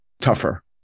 tougher